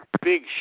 Big